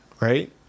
right